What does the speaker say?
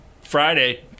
Friday